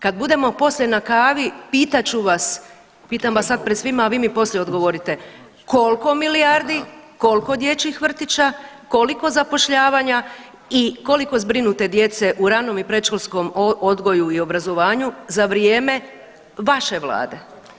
Kad budemo poslije na kavi pitat ću vas, pitam vam sad pred svima, a vi mi poslije odgovorite koliko milijardi, koliko dječjih vrtića, koliko zapošljavanja i koliko zbrinute djece u ranom i predškolskom odgoju i obrazovanju za vrijeme vaše Vlade.